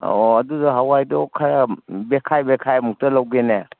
ꯑꯣ ꯑꯗꯨꯗꯣ ꯍꯋꯥꯏꯗꯣ ꯈꯔ ꯕꯦꯒꯈꯥꯏ ꯕꯦꯒꯈꯥꯏ ꯃꯨꯛꯇ ꯂꯧꯒꯦꯅꯦ